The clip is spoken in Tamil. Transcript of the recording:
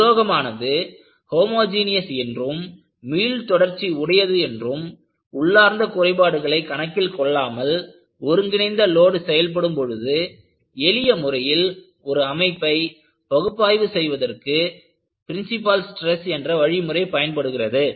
உலோகமானது ஓமோஜனியஸ் என்றும் மீள் தொடர்ச்சி உடையது என்றும் உள்ளார்ந்த குறைபாடுகளை கணக்கில் கொள்ளாமல் ஒருங்கிணைந்த லோடு செயல்படும் பொழுது எளிய முறையில் ஒரு அமைப்பை பகுப்பாய்வு செய்வதற்கு பிரின்சிபால் ஸ்ட்ரெஸ் என்ற வழிமுறை பயன்படுகிறது